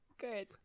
good